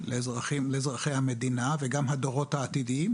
לאזרחי המדינה וגם לדורות העתידיים,